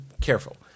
careful